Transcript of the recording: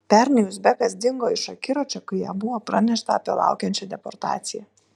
pernai uzbekas dingo iš akiračio kai jam buvo pranešta apie laukiančią deportaciją